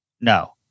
No